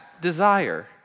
desire